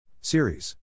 Series